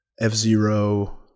F-Zero